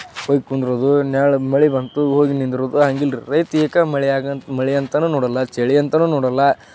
ಹೊಯ್ ಕುಂದ್ರೋದು ನೆರಳು ಮಳೆ ಬಂತು ಹೋಗಿ ನಿಂತಿರೊದು ಹಾಗಿಲ್ರಿ ರೈತ ಏಕ ಮಳೆಯಾಗ ಮಳೆ ಅಂತಲೂ ನೋಡಲ್ಲ ಚಳಿ ಅಂತಲೂ ನೋಡಲ್ಲ